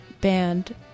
band